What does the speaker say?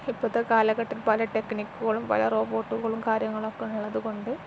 ഇപ്പോഴത്തെ കാലഘട്ടം പല ടെക്നിക്കുകളും പല റോബോട്ടുകളും കാര്യങ്ങളൊക്കെ ഉള്ളതുകൊണ്ട്